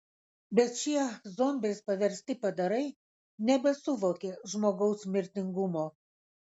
bet šie zombiais paversti padarai nebesuvokė žmogaus mirtingumo